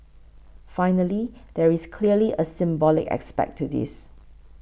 finally there is clearly a symbolic aspect to this